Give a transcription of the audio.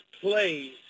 plays